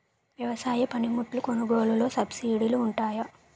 వ్యవసాయ పనిముట్లు కొనుగోలు లొ సబ్సిడీ లు వుంటాయా?